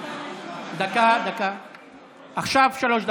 המליאה.) עכשיו, שלוש דקות.